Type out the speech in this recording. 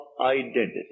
identity